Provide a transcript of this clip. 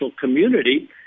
community